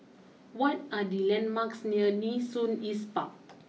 what are the landmarks near Nee Soon East Park